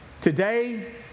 today